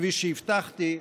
כפי שהבטחתי,